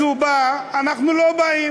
להיות?